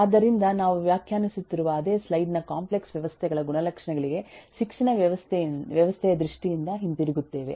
ಆದ್ದರಿಂದ ನಾವು ವ್ಯಾಖ್ಯಾನಿಸುತ್ತಿರುವ ಅದೇ ಸ್ಲೈಡ್ ನ ಕಾಂಪ್ಲೆಕ್ಸ್ ವ್ಯವಸ್ಥೆಗಳ ಗುಣಲಕ್ಷಣಗಳಿಗೆ ಶಿಕ್ಷಣ ವ್ಯವಸ್ಥೆಯ ದೃಷ್ಟಿಯಿಂದ ಹಿಂತಿರುಗುತ್ತೇವೆ